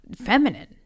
feminine